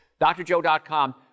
drjoe.com